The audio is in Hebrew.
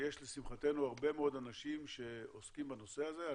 לשמחתנו, יש הרבה מאוד אנשים עוסקים בנושא הזה.